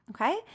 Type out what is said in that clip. okay